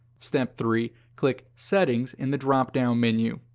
step three. click settings in the drop-down menu.